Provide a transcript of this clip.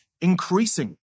increasing